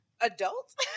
adult